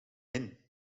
inn